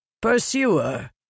Pursuer